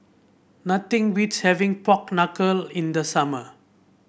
nothing beats having Pork Knuckle in the summer